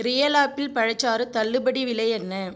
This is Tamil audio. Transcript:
ரியல் ஆப்பிள் பழச்சாறு தள்ளுபடி விலை என்ன